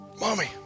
mommy